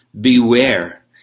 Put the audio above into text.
beware